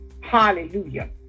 Hallelujah